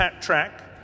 Track